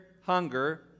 hunger